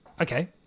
okay